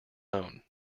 own